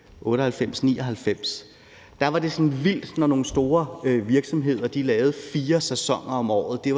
1998-99, var det sådan vildt, når nogle store virksomheder lavede fire sæsoner om året. Så